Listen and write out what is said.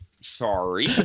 Sorry